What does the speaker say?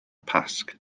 pasg